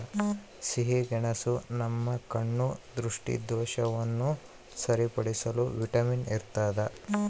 ಸಿಹಿಗೆಣಸು ನಮ್ಮ ಕಣ್ಣ ದೃಷ್ಟಿದೋಷವನ್ನು ಸರಿಪಡಿಸುವ ವಿಟಮಿನ್ ಇರ್ತಾದ